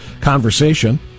conversation